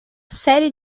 série